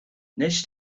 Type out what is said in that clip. wnest